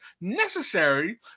necessary